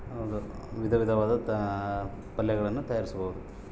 ಬದನೆಕಾಯಿ ಯಿಂದ ಪಲ್ಯ ಸಾಂಬಾರ್ ಎಣ್ಣೆಗಾಯಿ ಮುಂತಾದ ಖಾದ್ಯಗಳನ್ನು ತಯಾರಿಸ್ತಾರ